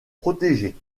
protégés